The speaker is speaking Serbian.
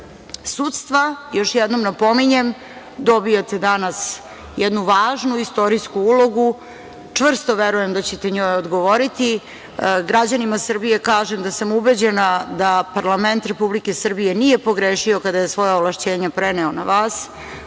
sudstva, još jednom napominjem, dobijate danas jednu važnu istorijsku ulogu. Čvrsto verujem da ćete njoj odgovoriti. Građanima Srbije kažem da sam ubeđena da parlament Republike Srbije nije pogrešio kada je svoja ovlašćenja preneo na vas,